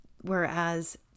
Whereas